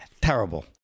Terrible